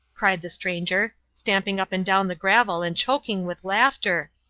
cried the stranger, stamping up and down the gravel and choking with laughter,